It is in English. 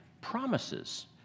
promises